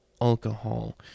alcohol